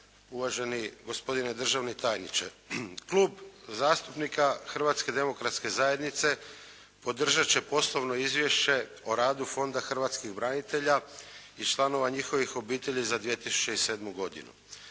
uvaženi gospodine državni tajniče. Klub zastupnika Hrvatske demokratske zajednice podržat će Poslovno izvješće o radu Fonda hrvatskih branitelja i članova njihovih obitelji za 2007. godinu.